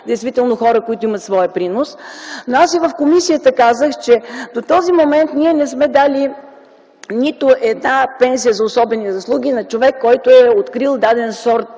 действително е за хора, които имат своя принос. Но аз и в комисията казах, че до този момент ние не сме дали нито една пенсия за особени заслуги на човек, който е открил даден сорт